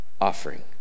offering